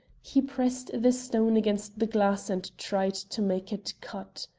he pressed the stone against the glass and tried to make it cut.